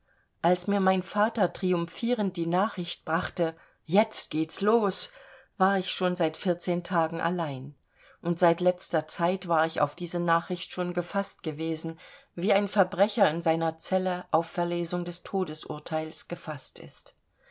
als mir mein vater triumphierend die nachricht brachte jetzt geht's los war ich schon seit vierzehn tagen allein und seit letzter zeit war ich auf diese nachricht schon gefaßt gewesen wie ein verbrecher in seiner zelle auf verlesung des todesurteils gefaßt ist